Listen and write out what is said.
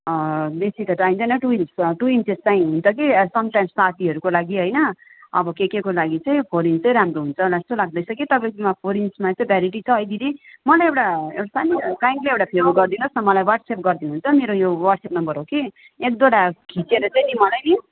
बेसी त चाहिँदैन टु इन्चको टु इन्चको चाहिँ हुन्छ कि समटाइम्स पार्टीहरूको लागि होइन अब के केको लागि चाहिँ फोर इन्च चाहिँ राम्रो हुन्छ होला जस्तो लाग्दैछ कि तपाईँकोमा फोर इन्चमा चाहिँ भेराइटी छ है दिदी मलाई एउटा एउटा सानो काइन्डली एउटा फेभर गरिदिनु होस् न मलाई वाट्सएप गरिदिनु हुन्छ मेरो यो वाट्सएप नम्बर हो कि एक दुइवटा खिचेर चाहिँ नि मलाई नि